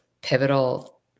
pivotal